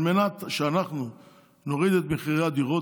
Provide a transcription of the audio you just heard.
על מנת שאנחנו נוריד את מחירי הדירות,